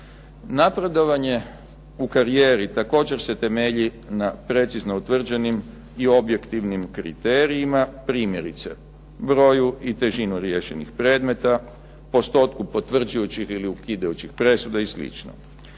Napredovanje u karijeri također se temelji na precizno utvrđenim i objektivnim kriterijima primjerice broju i težinu riješenih predmeta, postotku potvrđujućih ili ukidajućih presuda i